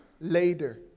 later